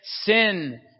sin